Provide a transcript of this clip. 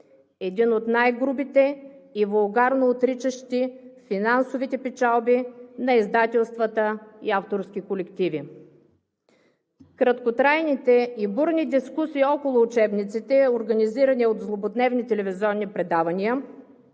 един от най-грубите и вулгарно отричащи финансовите печалби на издателствата и авторските колективи.“ Краткотрайните и бурни дискусии около учебниците, организирани от злободневните телевизионни предавания,